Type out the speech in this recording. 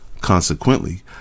Consequently